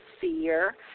fear